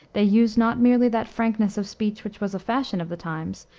they use not merely that frankness of speech which was a fashion of the times,